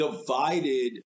divided